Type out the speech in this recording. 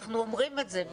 אנחנו אומרים את זה,